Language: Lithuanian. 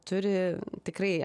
turi tikrai